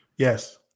Yes